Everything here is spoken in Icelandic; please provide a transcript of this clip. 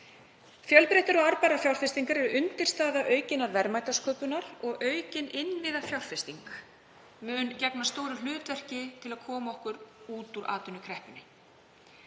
Fjölbreyttar og arðbærar fjárfestingar eru undirstaða aukinnar verðmætasköpunar og aukin innviðafjárfesting mun gegna stóru hlutverki til að koma okkur út úr atvinnukreppunni.